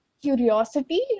curiosity